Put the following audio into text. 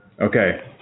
Okay